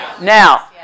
Now